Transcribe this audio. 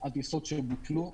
על טיסות שבוטלו.